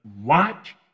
watch